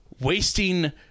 wasting